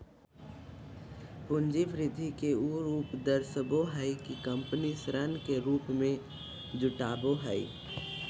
पूंजी वृद्धि के उ रूप दर्शाबो हइ कि कंपनी ऋण के रूप में जुटाबो हइ